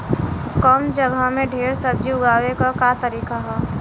कम जगह में ढेर सब्जी उगावे क का तरीका ह?